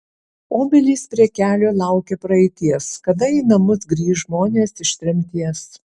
obelys prie kelio laukia praeities kada į namus grįš žmonės iš tremties